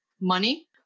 money